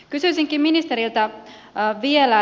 kysyisinkin ministeriltä vielä